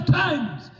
times